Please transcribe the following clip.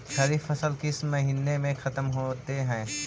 खरिफ फसल किस महीने में ख़त्म होते हैं?